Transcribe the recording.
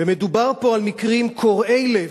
ומדובר פה על מקרים קורעי לב.